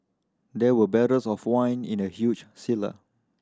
there were barrels of wine in the huge cellar